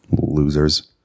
losers